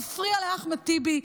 מפריע לאחמד טיבי,